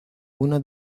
una